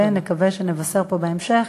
ונקווה שנבשר פה בהמשך